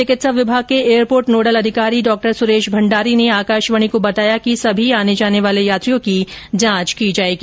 चिकित्सा विभाग के एयरपोर्ट नोडल अधिकारी डॉ सुरेश भण्डारी ने आकाशवाणी को बताया कि सभी आने जाने वाले यात्रियों की जांच की जाएगी